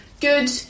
good